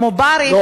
כמו ברים,